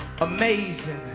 Amazing